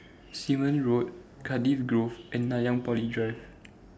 Simon Road Cardifi Grove and Nanyang Poly Drive